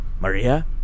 Maria